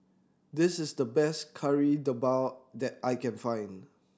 this is the best Kari Debal that I can find